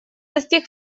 достиг